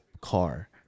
car